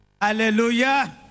Hallelujah